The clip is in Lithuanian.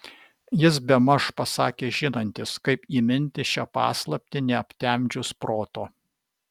jis bemaž pasakė žinantis kaip įminti šią paslaptį neaptemdžius proto